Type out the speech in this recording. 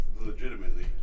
Legitimately